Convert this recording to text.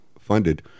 Funded